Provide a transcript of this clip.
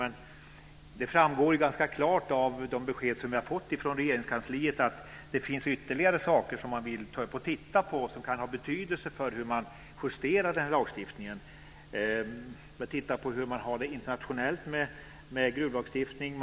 Men det framgår ganska klart av de besked som vi har fått från Regeringskansliet att det finns ytterligare saker som man vill ta upp och titta närmare på - saker som kan ha betydelse för hur den här lagstiftningen justeras. Det handlar då om att titta på hur man internationellt har det vad gäller gruvlagstiftningen.